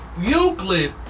Euclid